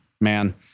man